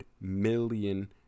million